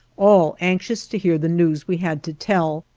all anxious to hear the news we had to tell,